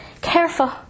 Careful